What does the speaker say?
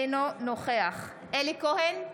אינו נוכח אלי כהן,